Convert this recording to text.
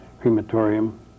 crematorium